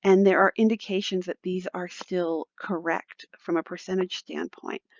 and there are indications that these are still correct from a percentage standpoint.